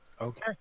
Okay